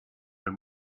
and